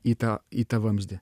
į tą į tą vamzdį